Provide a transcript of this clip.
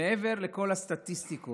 מעבר לכל הסטטיסטיקות,